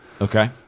Okay